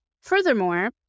Furthermore